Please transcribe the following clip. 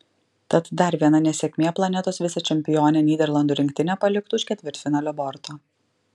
tad dar viena nesėkmė planetos vicečempionę nyderlandų rinktinę paliktų už ketvirtfinalio borto